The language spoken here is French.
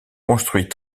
construit